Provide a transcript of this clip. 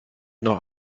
noch